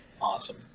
Awesome